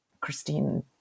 Christine